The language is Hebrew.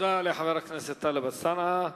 תודה לחבר הכנסת טלב אלסאנע.